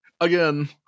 again